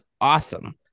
awesome